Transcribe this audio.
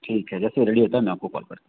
ठीक है जैसे ही रेडी होता है मैं आपको कॉल करता हूँ